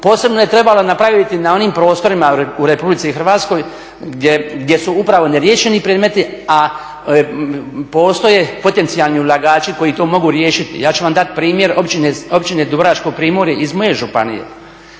Posebno je trebala napraviti na onim prostorima u RH gdje su upravo neriješeni predmeti, a postoje potencijalni ulagači koji to mogu riješiti. Ja ću vam dati primjer Općine Dubrovačko primorje iz moje županije.